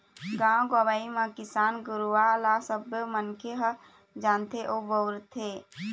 गाँव गंवई म किसान गुरूवा ल सबो मनखे ह जानथे अउ बउरथे